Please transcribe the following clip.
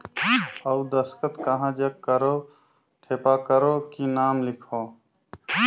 अउ दस्खत कहा जग करो ठेपा करो कि नाम लिखो?